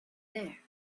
there